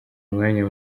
umwanya